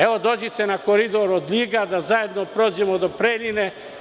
Evo, dođite na koridor od Ljiga da zajedno prođemo do Preljine.